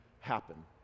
happen